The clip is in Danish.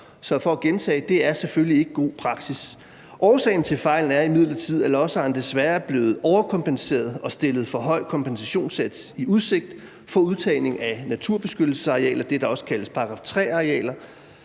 vil jeg sige: Det er selvfølgelig ikke god praksis. Årsagen til fejlen er imidlertid, at lodsejerne desværre er blevet overkompenseret og stillet for høj kompensationssats i udsigt for udtagning af naturbeskyttelsesarealer – det, der også kaldes § 3-arealer